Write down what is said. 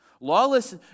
Lawless